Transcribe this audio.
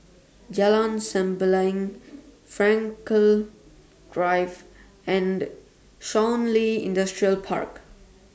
Jalan Sembilang Frankel Drive and Shun Li Industrial Park